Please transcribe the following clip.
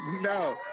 No